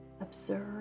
observe